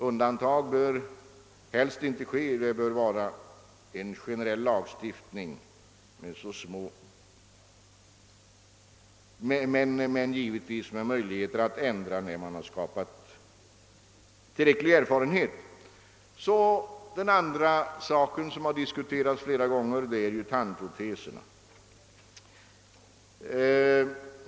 Undantag bör helst inte förekomma, utan lagstiftningen bör vara generell, dock givetvis med möjlighet att göra ändringar när man vunnit tillräcklig erfarenhet härför. En annan punkt som har diskuterats flera gånger är tandproteserna.